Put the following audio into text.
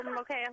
okay